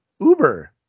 Uber